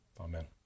Amen